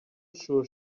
sure